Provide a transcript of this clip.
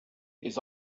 his